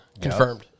confirmed